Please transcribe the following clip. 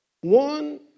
one